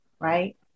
right